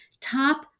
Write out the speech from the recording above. top